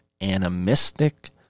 Animistic